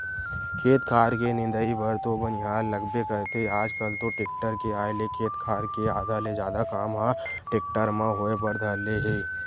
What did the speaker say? खेत खार के निंदई बर तो बनिहार लगबे करथे आजकल तो टेक्टर के आय ले खेत खार के आधा ले जादा काम ह टेक्टर म होय बर धर ले हे